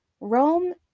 Rome